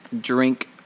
Drink